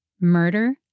Murder